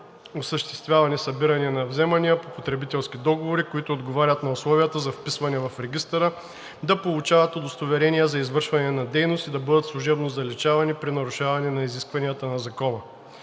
осъществяващи събиране на вземания по потребителски договори, които отговарят на условията за вписване в регистъра, да получават удостоверения за извършване на дейност и да бъдат служебно заличавани при нарушаване на изискванията на Закона.